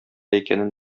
икәнен